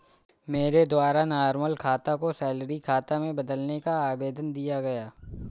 मेरे द्वारा नॉर्मल खाता को सैलरी खाता में बदलने का आवेदन दिया गया